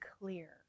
clear